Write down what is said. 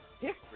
history